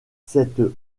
cette